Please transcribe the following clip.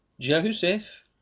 Joseph